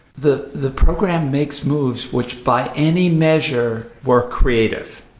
the the program makes moves which by any measure were creative,